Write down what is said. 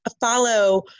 follow